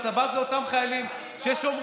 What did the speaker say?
אתה בז לאותם חיילים ששומרים,